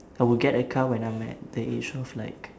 I will get a car when I'm at the age of like